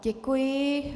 Děkuji.